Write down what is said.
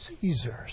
Caesar's